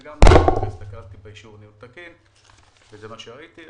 וגם --- וזה מה שראיתי,